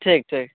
ठीक ठीक